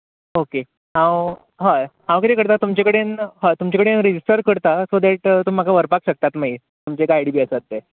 okay हांव हय हांव कितें करता तुमचे कडेन हय तुमचे कडेन रॅजिस्टर करता सो दॅट तुमी म्हाका व्हरपाक शकता मागीर तुमचे गायड बी आसात ते